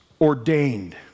ordained